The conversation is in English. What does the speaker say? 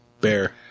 Bear